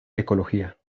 ecología